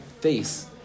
face